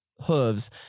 hooves